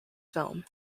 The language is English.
film